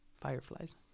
Fireflies